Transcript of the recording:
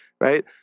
right